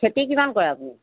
খেতি কিমান কৰে আপুনি